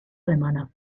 alemana